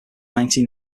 ninety